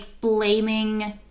blaming